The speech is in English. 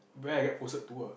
where I get posted to uh